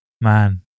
Man